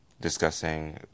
discussing